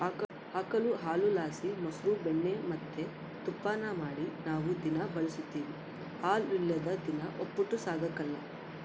ಆಕುಳು ಹಾಲುಲಾಸಿ ಮೊಸ್ರು ಬೆಣ್ಣೆ ಮತ್ತೆ ತುಪ್ಪಾನ ಮಾಡಿ ನಾವು ದಿನಾ ಬಳುಸ್ತೀವಿ ಹಾಲಿಲ್ಲುದ್ ದಿನ ಒಪ್ಪುಟ ಸಾಗಕಲ್ಲ